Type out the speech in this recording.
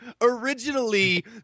originally